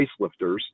facelifters